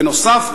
בנוסף,